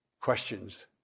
questions